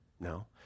No